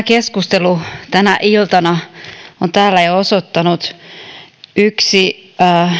keskustelu tänä iltana on täällä jo osoittanut yksi